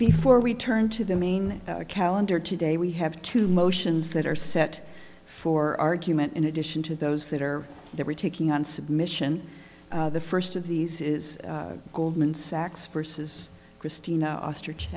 before we turn to the main calendar today we have two motions that are set for argument in addition to those that are that we're taking on submission the first of these is goldman sachs for says christina ostrich